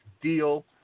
deal